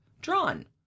drawn